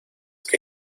que